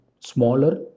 smaller